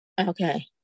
Okay